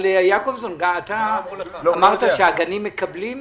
יעקובזון, אמרת שהגנים מקבלים?